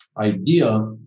idea